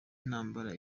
intambara